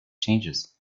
changes